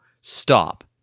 stop